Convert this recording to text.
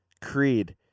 Creed